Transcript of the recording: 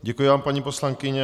Děkuji vám, paní poslankyně.